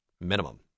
minimum